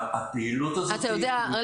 הפעילות הזאת היא --- אני